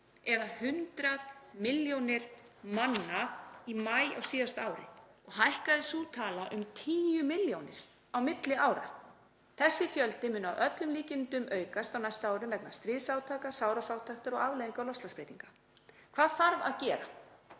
eða 100 milljónir manna í maí á síðasta ári, og hækkaði sú tala um 10 milljónir á milli ára. Þessi fjöldi mun að öllum líkindum aukast á næstu árum vegna stríðsátaka, sárafátæktar og afleiðinga loftslagsbreytinga. Hvað þarf að gera?